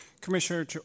Commissioner